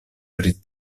pri